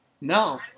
No